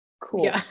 Cool